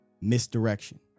Misdirection